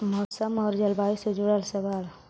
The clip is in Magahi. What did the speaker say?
मौसम और जलवायु से जुड़ल सवाल?